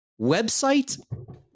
website